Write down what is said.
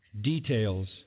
details